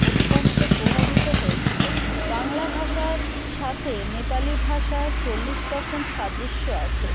অত্যন্ত প্রভাবিত হয়েছিলো বাংলা ভাষার সাথে নেপালি ভাষার চল্লিশ পারসেন্ট সাদৃশ্য আছে